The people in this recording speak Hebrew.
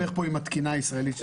זה הולך עם התקינה הישראלית.